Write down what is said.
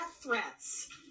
threats